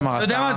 אתה יודע מה?